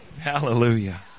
Hallelujah